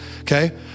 Okay